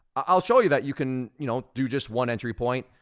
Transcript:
i'll show you that you can you know do just one entry point,